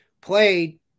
played